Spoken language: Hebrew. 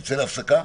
נצא להפסקה,